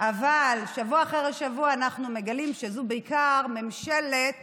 אבל שבוע אחר שבוע אנחנו מגלים שזו בעיקר ממשלת